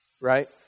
right